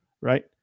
Right